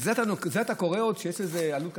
לזה אתה קורא שיש לזה עלות כספית?